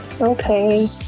Okay